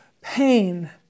pain